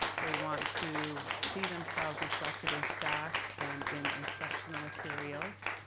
they want to see themselves reflected in staff and in instructional materials.